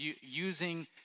using